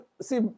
see